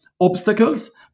obstacles